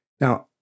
Now